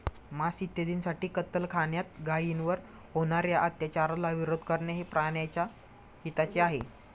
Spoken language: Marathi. मांस इत्यादींसाठी कत्तलखान्यात गायींवर होणार्या अत्याचाराला विरोध करणे हे प्राण्याच्या हिताचे आहे